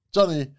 Johnny